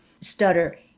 stutter